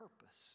purpose